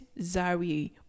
Zari